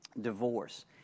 divorce